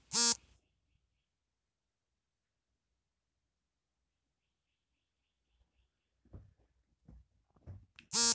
ಟೆಡರ್ನ ಬಳಸಿ ಒಬ್ಬ ವ್ಯಕ್ತಿ ಹದಿನೈದು ಕೈಯಿಂದ ಕೆಲಸ ಮಾಡೋಷ್ಟು ಕೆಲ್ಸನ ಮಾಡ್ಬೋದು